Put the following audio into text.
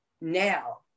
now